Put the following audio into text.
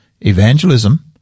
evangelism